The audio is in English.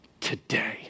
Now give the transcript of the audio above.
today